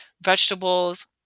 vegetables